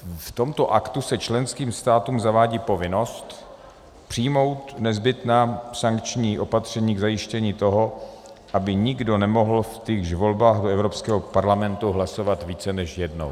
V tomto aktu se členským státům zavádí povinnost přijmout nezbytná sankční opatření k zajištění toho, aby nikdo nemohl v týchž volbách do Evropského parlamentu hlasovat více než jednou.